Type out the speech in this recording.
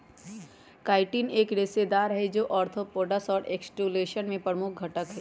chitin एक रेशेदार हई, जो आर्थ्रोपोड्स के एक्सोस्केलेटन में प्रमुख घटक हई